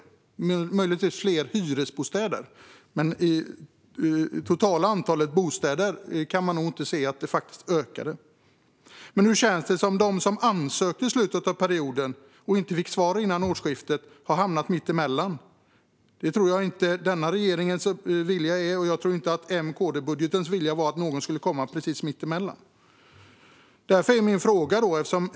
Möjligtvis blev det fler hyresbostäder, men man kan nog inte se att det totala antalet bostäder ökade. Nu känns det som att de som ansökte i slutet av perioden men inte fick svar före årsskiftet har hamnat mitt emellan. Det tror jag inte är denna regerings vilja, och jag tror inte heller att det var viljan i M-KD-budgeten.